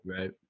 right